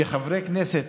שחברי כנסת